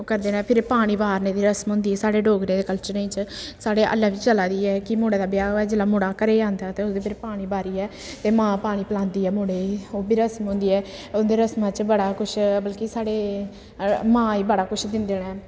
ओह् करदे न फिरी पानी बारने दी रसम होंदी साढ़े डोगरें दे कल्चरें च साढ़े हल्लै बी चला दी ऐ एह् कि मुड़े दा ब्याह् होऐ ते जेल्लै मुड़ा घरै गी औंदा ऐ ते उसदे पर पानी बारियै ते मां पानी पलेआंदी ऐ मुड़े गी ओह् बी रसम होंदी ऐ ओह्दे रसमा च बड़ा कुछ बल्कि साढ़े मां गी बड़ा कुछ दिंदे न